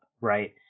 right